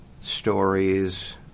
stories